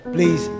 Please